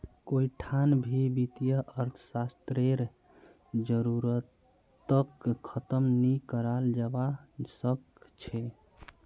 कोई ठान भी वित्तीय अर्थशास्त्ररेर जरूरतक ख़तम नी कराल जवा सक छे